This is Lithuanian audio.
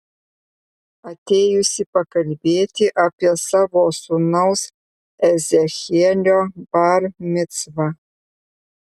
atėjusi pakalbėti apie savo sūnaus ezechielio bar micvą